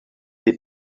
des